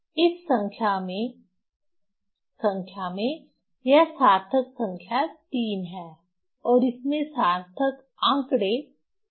इस संख्या में संख्या में यह सार्थक संख्या 3 है और इसमें सार्थक आंकड़े 3 है